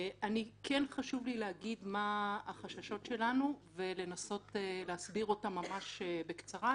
חשוב לי להגיד מה החששות שלנו ולנסות להסביר אותם ממש בקצרה.